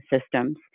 systems